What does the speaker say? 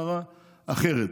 מראות אחרת.